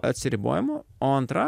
atsiribojimo o antra